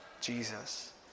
Jesus